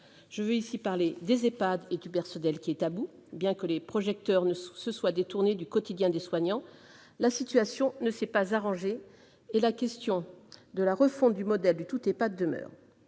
Je veux ici parler des Ehpad et des personnels qui sont à bout. Bien que les projecteurs se soient détournés du quotidien des soignants, la situation ne s'est pas arrangée et la question de la refonte du modèle du « tout Ehpad » demeure.